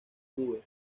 vancouver